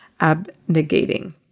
Abnegating